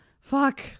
fuck